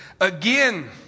Again